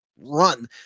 run